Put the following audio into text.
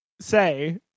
say